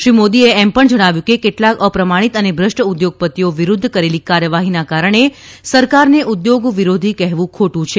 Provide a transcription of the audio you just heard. શ્રી મોદીએ એમ પણ જણાવ્યું કે કેટલાક અપ્રમાણિત અને ભ્રષ્ટ ઉદ્યોગપતિઓ વિરૂદ્ધ કરેલી કાર્યવાહીને કારણે સરકારને ઉદ્યોગ વિરોધી કહેવું ખોટું છે